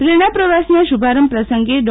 પ્રેરણા પ્રવાસના શુભારંભ પ્રસંગે ડૉ